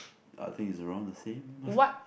I think is around the same